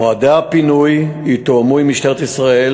מועדי הפינוי יתואמו עם משטרת ישראל,